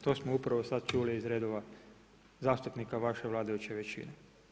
To smo upravo sad čuli iz redova zastupnika vaše vladajuće većine.